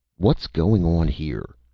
what's going on here?